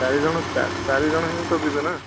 ଚାରିଜଣ ଚା ଚାରିଜଣ ହିଁ ତ ଯିବେ ନା